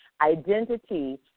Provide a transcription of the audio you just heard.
Identity